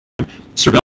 surveillance